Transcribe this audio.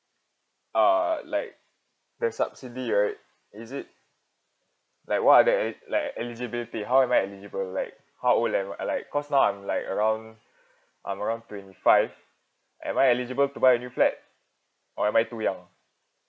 uh like the subsidy right is it like what are the e~ like eligibility how am I eligible like how old am like cause now I'm like around I'm around twenty five am I eligible to buy a new flat or am I too young